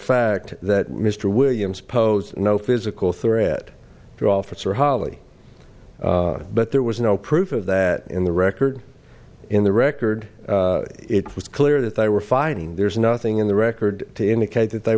fact that mr williams posed no physical threat to officer holly but there was no proof of that in the record in the record it was clear that they were fighting there's nothing in the record to indicate that they